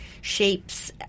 shapes